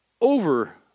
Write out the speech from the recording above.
over